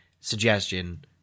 suggestion